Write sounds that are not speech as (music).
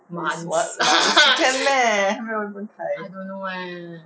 this month (laughs) can meh 还没有 even 开